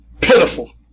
Pitiful